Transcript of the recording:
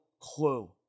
clue